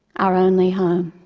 our only home